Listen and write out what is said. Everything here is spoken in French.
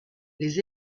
les